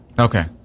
Okay